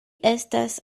estas